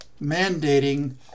mandating